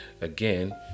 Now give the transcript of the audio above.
again